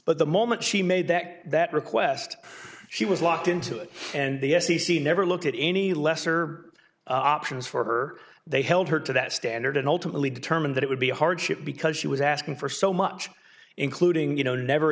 but the moment she made that that request she was locked into it and the f c c never looked at any lesser options for her they held her to that standard and ultimately determined that it would be a hardship because she was asking for so much including you know never